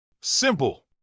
Simple